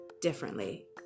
differently